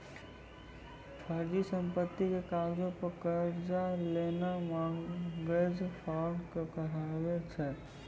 फर्जी संपत्ति के कागजो पे कर्जा लेनाय मार्गेज फ्राड कहाबै छै